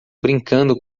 brincando